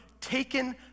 taken